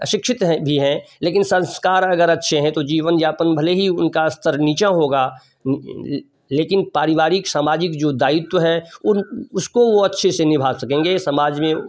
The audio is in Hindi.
अशिक्षित हैं भी हैं लेकिन संस्कार अगर अच्छे हैं तो जीवन यापन भले ही उनका स्तर नीचा होगा लेकिन पारिवारिक सामाजिक जो दायित्व है उन उसको वह अच्छे से निभा सकेंगे समाज में